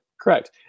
Correct